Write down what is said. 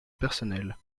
personnel